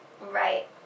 Right